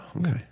okay